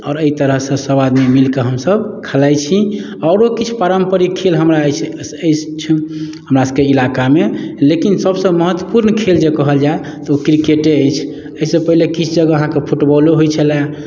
आओर एहि तरहसँ सभआदमी मिलिके हमसभ खेलाइत छी आरो किछु पारम्परिक खेल हमरा अछि हमरासभके इलाकामे लेकिन सभसँ महत्वपूर्ण खेल जे कहल जाए तऽ ओ क्रिकेटे अछि एहिसँ पहिने किछु जगह अहाँकेँ फुटबॉलो होइत छलै